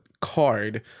card